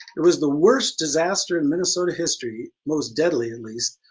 it was the worst disaster in minnesota history, most deadly at least,